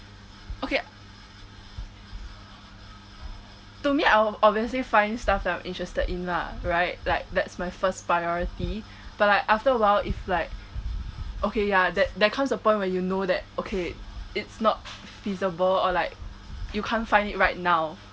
okay to me I ob~ obviously find stuff that are interested in lah right like that's my first priority but like after awhile if like okay ya that there comes the point when you know that okay it's not feasible or like you can't find it right now